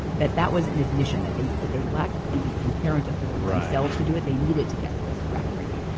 that that was an admission that they that they lacked the inherent authority themselves to do it. they needed to get this referee,